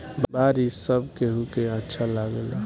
बारिश सब केहू के अच्छा लागेला